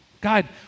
God